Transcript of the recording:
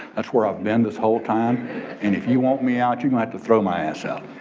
that's where i've been this whole time and if you want me out, you have to throw my ah so out.